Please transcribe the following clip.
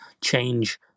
change